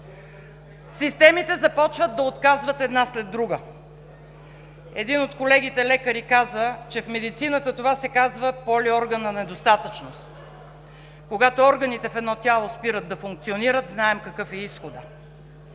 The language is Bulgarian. Системите започват да отказват една след друга. Един от колегите лекари каза, че в медицината това се казва „полиорганна недостатъчност“. Когато органите в едно тяло спират да функционират, знаем какъв е изходът.